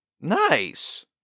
nice